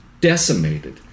decimated